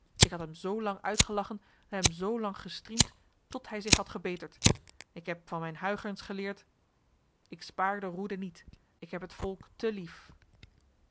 ik had hem zoo lang uitgelagchen hem zoo lang gestriemd tot hij zich had gebeterd ik heb van mijn huygens geleerd ick spaer de roede niet ik heb het v o l k te lief